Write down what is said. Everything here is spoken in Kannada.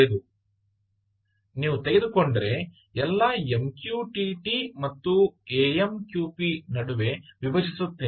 ಆದ್ದರಿಂದ ನೀವು ತೆಗೆದುಕೊಂಡರೆ ಎಲ್ಲಾ MQTT ಮತ್ತು AMQP ನಡುವೆ ವಿಭಜಿಸುತ್ತೇನೆ